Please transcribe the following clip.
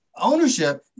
ownership